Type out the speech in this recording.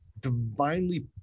divinely